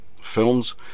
Films